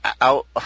out